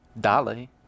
Dolly